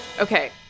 Okay